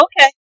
okay